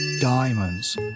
Diamonds